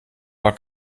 war